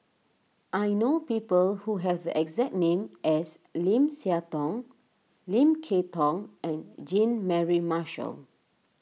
I know people who have the exact name as Lim Siah Tong Lim Kay Tong and Jean Mary Marshall